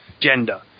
gender